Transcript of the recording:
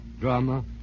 drama